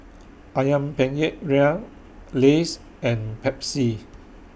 Ayam Penyet Ria Lays and Pepsi